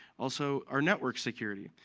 also, our network security.